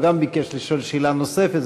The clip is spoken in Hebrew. גם הוא ביקש לשאול שאלה נוספת.